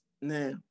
now